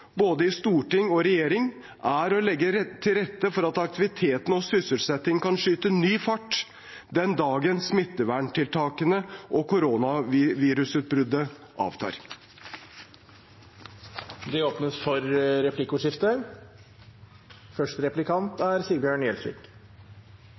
både i storting og regjering, er å legge til rette for at aktiviteten og sysselsettingen kan skyte ny fart den dagen smitteverntiltakene og koronavirusutbruddet avtar. Det blir replikkordskifte. Jeg vil nok en gang takke statsråden og regjeringen for